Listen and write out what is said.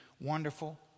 wonderful